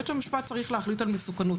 בית המשפט צריך להחליט על מסוכנות,